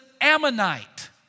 Ammonite